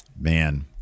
Man